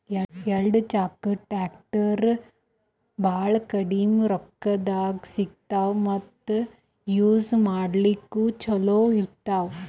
ಎರಡ ಚಾಕದ್ ಟ್ರ್ಯಾಕ್ಟರ್ ಭಾಳ್ ಕಮ್ಮಿ ರೇಟ್ದಾಗ್ ಸಿಗ್ತವ್ ಮತ್ತ್ ಯೂಜ್ ಮಾಡ್ಲಾಕ್ನು ಛಲೋ ಇರ್ತವ್